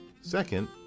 Second